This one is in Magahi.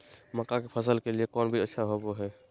मक्का के फसल के लिए कौन बीज अच्छा होबो हाय?